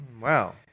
Wow